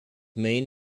maine